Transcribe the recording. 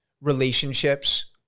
relationships